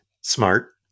Smart